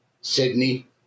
sydney